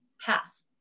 path